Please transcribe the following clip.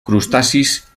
crustacis